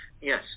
Yes